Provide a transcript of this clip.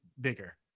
bigger